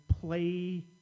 play